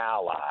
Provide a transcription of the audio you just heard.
ally